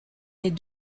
est